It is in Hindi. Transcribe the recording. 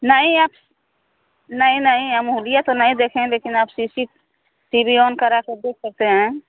नहीं आप नहीं नहीं हम हुलिया तो नहीं देखे लेकिन आप C C T V on कराके देख सकते हैं